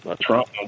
trump